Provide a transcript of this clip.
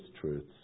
truths